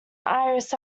iris